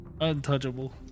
Untouchable